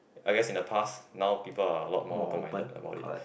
I guess in the past now people are a lot more open minded about it